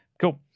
cool